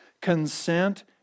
Consent